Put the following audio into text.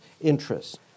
interests